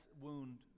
wound